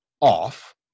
off